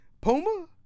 Puma